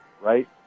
right